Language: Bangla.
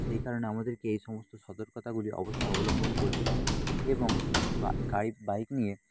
সেই কারণে আমাদেরকে এই সমস্ত সতর্কতাগুলি অবশ্যই অবলম্বন করতে হয় এবং বাইক নিয়ে